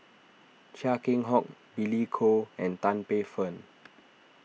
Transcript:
Chia Keng Hock Billy Koh and Tan Paey Fern